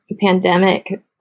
pandemic